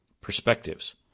perspectives